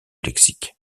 lexique